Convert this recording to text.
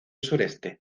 sureste